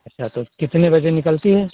अच्छा तो कितने बजे निकलती है